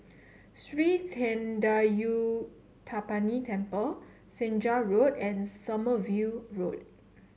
Sri Thendayuthapani Temple Senja Road and Sommerville Road